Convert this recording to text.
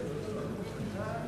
היושבת-ראש,